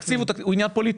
הוא נמצא.